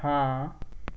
ہاں